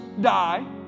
die